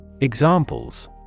Examples